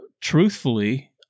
truthfully